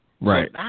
Right